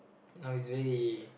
now is very